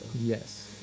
Yes